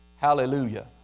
Hallelujah